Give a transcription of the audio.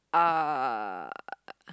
uh